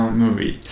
movie